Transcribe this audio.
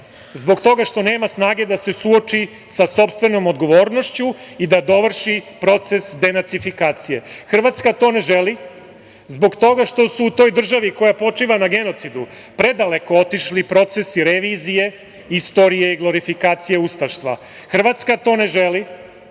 zbog toga što nema snage da se suoči sa sopstvenom odgovornošću i da dovrši proces denacifikacije. Hrvatska to ne želi, zbog toga što su u toj državi koja počiva na genocidu predaleko otišli procesi revizije, istorije, glorifikacije ustaštva. Hrvatska to želi